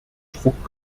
druck